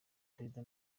perezida